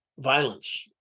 Violence